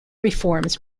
reforms